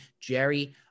Jerry